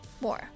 more